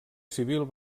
civil